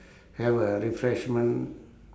have a refreshment